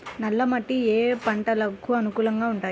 నల్ల మట్టి ఏ ఏ పంటలకు అనుకూలంగా ఉంటాయి?